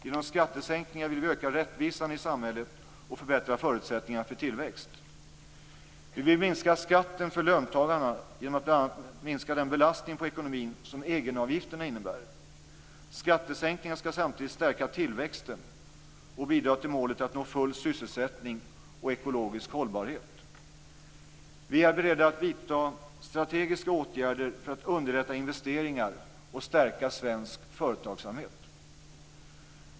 Genom skattesänkningar vill vi öka rättvisan i samhället och förbättra förutsättningarna för tillväxt. Vi vill minska skatten för löntagarna genom att bl.a. minska den belastning på ekonomin som egenavgifterna innebär. Skattesänkningar skall samtidigt stärka tillväxten och bidra till målet att nå full sysselsättning och ekologisk hållbarhet. Vi är beredda att vidta strategiska åtgärder för att underlätta investeringar och stärka svensk företagsamhet.